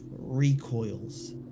recoils